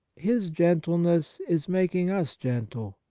his gentleness is making us gentle.